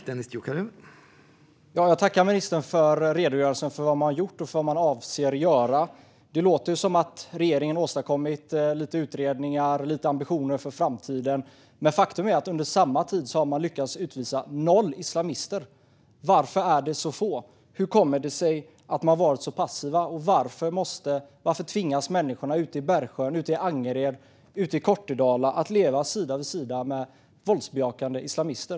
Herr talman! Jag tackar ministern för redogörelsen för vad man gjort och avser att göra. Det låter som att regeringen har åstadkommit lite utredningar och lite ambitioner för framtiden. Men faktum är att under samma tid har man lyckats utvisa noll islamister. Varför är det så få? Hur kommer det sig att man varit så passiv, och varför tvingas människorna i Bergsjön, i Angered och i Kortedala att leva sida vid sida med våldsbejakande islamister?